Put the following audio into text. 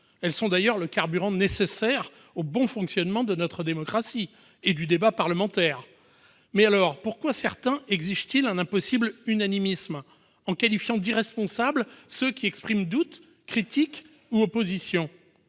Elles sont d'ailleurs le carburant nécessaire au bon fonctionnement de notre démocratie et du débat parlementaire. Mais, alors, pourquoi certains exigent-ils un impossible unanimisme en qualifiant d'« irresponsables » ceux qui expriment doutes, critiques ou oppositions ?